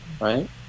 right